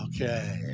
Okay